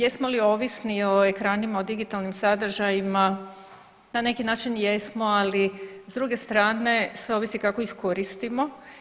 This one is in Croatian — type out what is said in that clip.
Jesmo li ovisni o ekranima o digitalnim sadržajima na neki način jesmo, ali s druge strane sve ovisi kako ih koristimo.